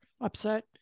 upset